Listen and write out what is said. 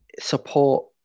support